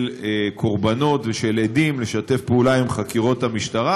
קורבנות ושל עדים לשתף פעולה עם חקירות המשטרה,